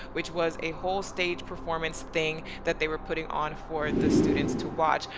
which was a whole stage performance thing that they were putting on for the students to watch.